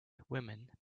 women